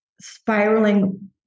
spiraling